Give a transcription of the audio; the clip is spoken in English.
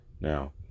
Now